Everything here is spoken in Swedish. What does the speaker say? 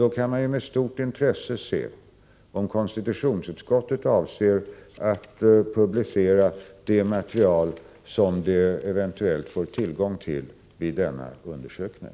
Det skall bli intressant att se om konstitutionsutskottet har för avsikt att publicera det material som utskottet eventuellt får tillgång till vid denna undersökning.